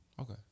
Okay